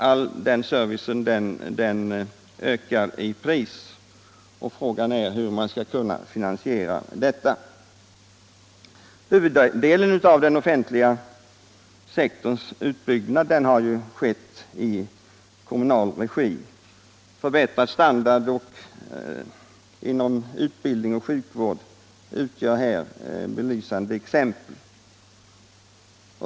All denna service ökar i pris, och frågan är hur man skall kunna finansiera den. Huvuddelen av den offentliga sektorns utbyggnad har skett i kommunal regi. Förbättrad standard inom utbildning och sjukvård utgör belysande exempel.